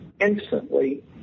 instantly